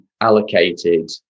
allocated